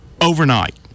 overnight